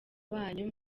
banyu